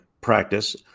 practice